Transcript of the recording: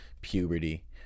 Puberty